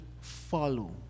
follow